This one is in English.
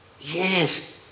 Yes